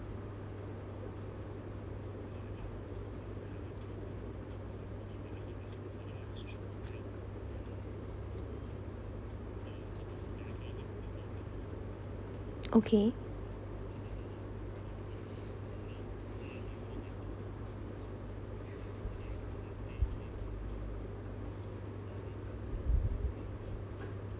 okay